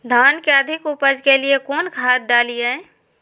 धान के अधिक उपज के लिए कौन खाद डालिय?